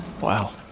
Wow